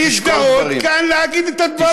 תשקול את הדברים.